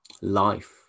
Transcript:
life